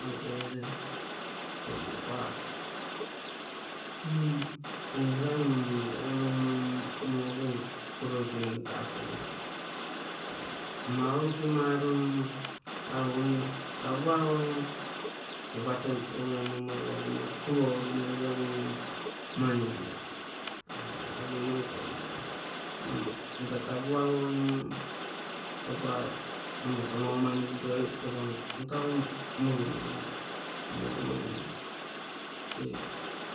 Nokegere nkonnuka ah ungirai mummunguo, mummunmo egu iko loikene nka kogino, aga nne ama ourukimaro mm apimino tata puagogim ropa tontogue nomo logogino kupogogino regu mani liroi apogimo nko-nnoko am tata puagogin lopa amoto maumani liroi lopa nkagu muru-monno, murumonno tee